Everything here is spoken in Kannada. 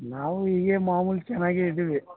ನಾವು ಹೀಗೆ ಮಾಮೂಲಿ ಚೆನ್ನಾಗೆ ಇದ್ದೀವಿ